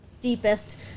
deepest